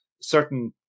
certain